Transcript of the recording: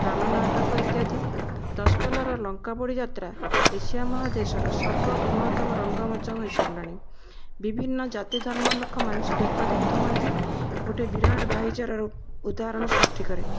ରାମ ନାଟକ ଇତ୍ୟାଦି ଦଶପଲ୍ଲାର ଲଙ୍କା ପୋଡ଼ିଯାତ୍ରା ଏସିଆ ମହାଦେଶର ସର୍ବବୃହତ୍ତମ ରଙ୍ଗମଞ୍ଚ ହୋଇସାରିଲାଣି ବିଭିନ୍ନ ଜାତି ଧର୍ମର ଲୋକମାନେ ସେଠି ଏକତ୍ରିତ ହୁଅନ୍ତି ଗୋଟିଏ ବିରାଟ ଭାଇଚାରାର ଉଦାହରଣ ସୃଷ୍ଟି କରେ